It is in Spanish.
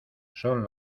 son